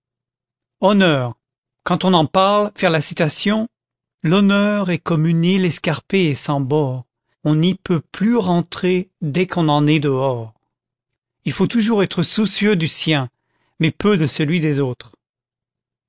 honneur quand on en parle faire la citation l'honneur est comme une île escarpée et sans bords on n'y peut plus rentrer dès qu'on en est dehors il faut toujours être soucieux du sien mais peu de celui des autres